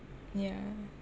yah